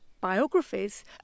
biographies